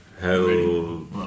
Hello